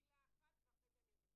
עצמנו.